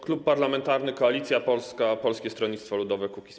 Klub Parlamentarny Koalicja Polska - Polskie Stronnictwo Ludowe - Kukiz15.